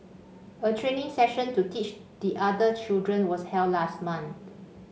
a training session to teach the other children was held last month